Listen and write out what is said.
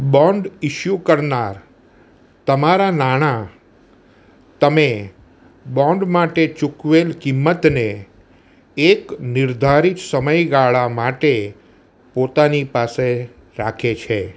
bond issue કરનાર તમારા નાણાં તમે બોન્ડ માટે ચૂકવેલ કિંમતને એક નિર્ધારિત સમયગાળા માટે પોતાની પાસે રાખે છે